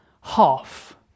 half